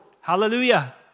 Hallelujah